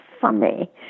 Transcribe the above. funny